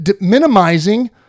minimizing